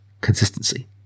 consistency